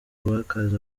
bakaza